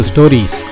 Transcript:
Stories